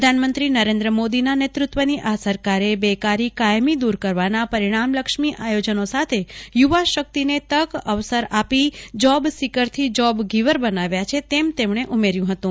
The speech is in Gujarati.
પ્રધાનમંત્રી નરેન્દ્ર મોદીના નેતૃત્વની આ સરકારે બેકારી કાયમી દૂર કરવાના પરિણામલક્ષી આયોજનો સાથે યુવાશકિતને તક અવસર આપી જોબ સીકરથી જોબ ગીવર બનાવ્યા છે એમ તેમણે ઉમેર્યુ હતુ